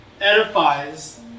Edifies